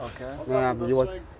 Okay